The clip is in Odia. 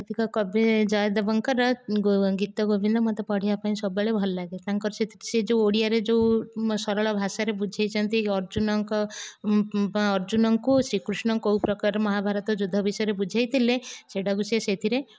ସାହିତ୍ୟିକ କବି ଜୟଦେବଙ୍କର ଗୀତଗୋବିନ୍ଦ ମୋତେ ପଢ଼ିବା ପାଇଁ ସବୁବେଳେ ଭଲଲାଗେ ତାଙ୍କର ସେ ଯେଉଁ ଓଡ଼ିଆରେ ଯେଉଁ ସରଳ ଭାଷାରେ ବୁଝେଇଛନ୍ତି ଅର୍ଜୁନଙ୍କ ବା ଅର୍ଜୁନଙ୍କୁ ଶ୍ରୀକୃଷ୍ଣ କେଉଁ ପ୍ରକାର ମହାଭାରତ ଯୁଦ୍ଧ ବିଷୟରେ ବୁଝେଇଥିଲେ ସେଇଟାକୁ ସେ ସେହିଥିରେ